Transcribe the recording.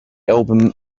album